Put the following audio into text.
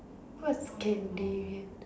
what's scandinavian